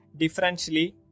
Differentially